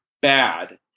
bad